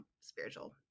spiritual